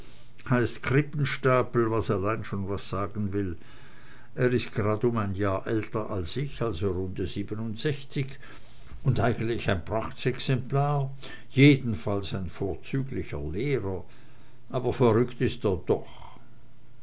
heißt krippenstapel was allein schon was sagen will er ist grad um ein jahr älter als ich also runde siebenundsechzig und eigentlich ein prachtexemplar jedenfalls ein vorzüglicher lehrer aber verrückt ist er doch